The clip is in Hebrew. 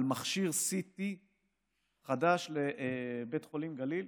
על מכשיר CT חדש לבית חולים גליל.